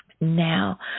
Now